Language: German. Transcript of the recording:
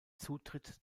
zutritt